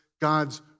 God's